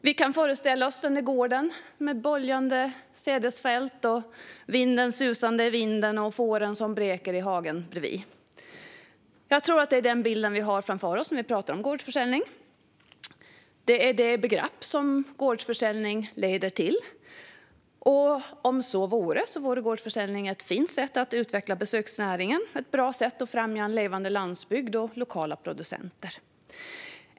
Vi kan föreställa oss gården med böljande sädesfält, vinden som susar och fåren som bräker i hagen bredvid. Jag tror att det är den bilden vi har framför oss om vi talar om gårdsförsäljning. Det är på det sättet man förstår begreppet gårdsförsäljning. Om det verkligen vore på det sättet vore gårdsförsäljning ett fint sätt att utveckla besöksnäringen och ett bra sätt att främja en levande landsbygd och lokala producenter.